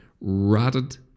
ratted